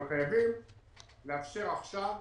אנחנו חייבים לאפשר עכשיו.